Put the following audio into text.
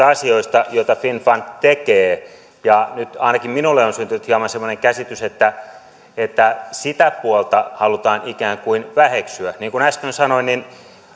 asioista joita finnfund tekee ja nyt ainakin minulle on syntynyt hieman semmoinen käsitys että että sitä puolta halutaan ikään kuin väheksyä niin kuin äsken sanoin